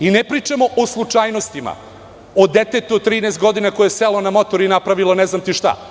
Ne pričamo o slučajnosti, o detetu od 13 godina koje je selo na motor i napravilo ne znam ti šta.